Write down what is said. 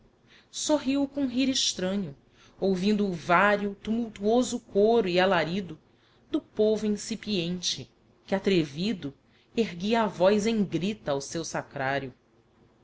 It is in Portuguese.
sorrio com rir extranho ouvindo o vario tumultuoso côro e alarido do povo insipiente que atrevido erguia a voz em grita ao seu sacrario